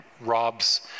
Rob's